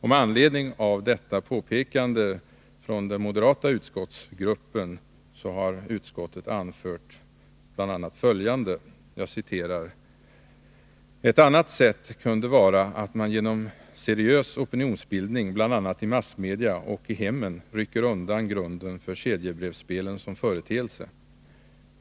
Med anledning av påpekandet från den moderata gruppen anför utskottet: ”Ett annat sätt kunde vara att man genom seriös opinionsbildning bl.a. i massmedia och i hemmen rycker undan grunden för kedjebrevsspelen som företeelse.